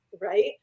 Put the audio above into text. Right